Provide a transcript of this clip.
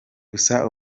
gusa